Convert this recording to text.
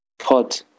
pod